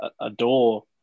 adore